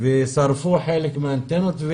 ושרפו חלק מהאנטנות.